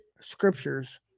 scriptures